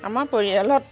আমাৰ পৰিয়ালত